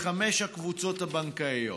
לחמש הקבוצות הבנקאיות.